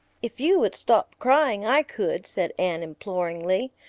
if you would stop crying i could, said anne imploringly.